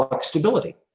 stability